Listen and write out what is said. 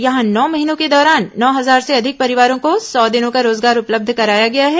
यहां नौ महीनों के दौरान नौ हजार से अधिक परिवारों को सौ दिनों का रोजगार उपलब्ध कराया गया है